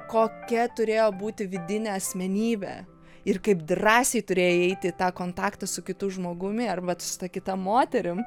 kokia turėjo būti vidinė asmenybė ir kaip drąsiai turėjai eiti į tą kontaktą su kitu žmogumi arba su ta kita moterim